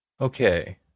okay